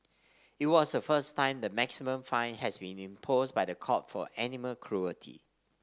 it was the first time the maximum fine has been imposed by the court for animal cruelty